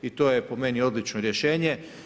I to je po meni odlično rješenje.